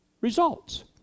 results